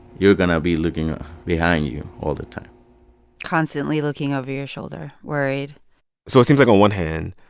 you're going to be looking behind you all the time constantly looking over your shoulder, worried so it seems like on one hand,